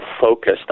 focused